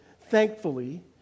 thankfully